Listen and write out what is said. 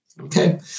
Okay